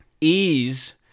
ease